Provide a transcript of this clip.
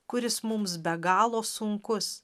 kuris mums be galo sunkus